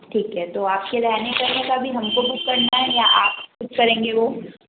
ठीक है तो आपके रहने सहने का भी हमको बुक करना है या आप ख़ुद करेंगे वह